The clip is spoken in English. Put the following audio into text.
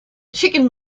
chicken